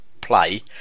play